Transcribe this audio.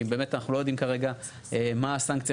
כי באמת אנחנו לא יודעים כרגע מה הסנקציה